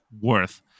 worth